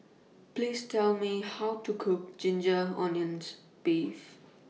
Please Tell Me How to Cook Ginger Onions Beef